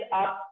up